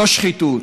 לא שחיתות,